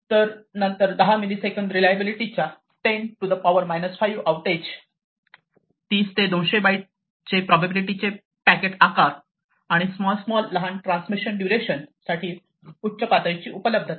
तर नंतर 10 millisecond reliability च्या 10 टु पावर मायनस 5 आउटेज तीस ते 200 बाइटचे प्रोबॅबिलिटी चे पॅकेट आकार आणि स्मॉल स्मॉल लहान ट्रान्समिशन दुरेशन साठी उच्च पातळीची उपलब्धता